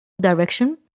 direction